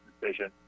decision